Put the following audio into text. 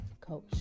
Coach